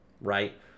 right